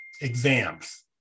exams